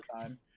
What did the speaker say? time